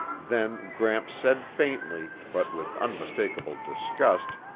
then gramps said faintly, but with unmistakable disgust,